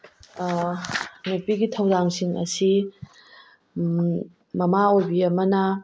ꯅꯨꯄꯤꯒꯤ ꯊꯧꯗꯥꯡꯁꯤꯡ ꯑꯁꯤ ꯃꯃꯥ ꯑꯣꯏꯕꯤ ꯑꯃꯅ